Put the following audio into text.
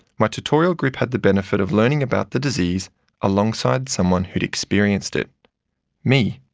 my tutorial group had the benefit of learning about the disease alongside someone who'd experienced it me.